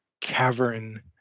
cavern